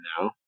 no